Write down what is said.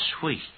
sweet